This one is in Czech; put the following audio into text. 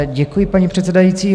Děkuji, paní předsedající.